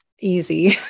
easy